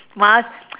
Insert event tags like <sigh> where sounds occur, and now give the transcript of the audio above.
must <noise>